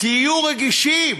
תהיו רגישים,